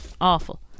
awful